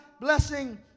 blessing